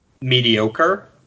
mediocre